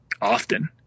often